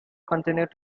continued